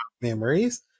memories